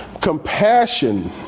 Compassion